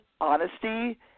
honesty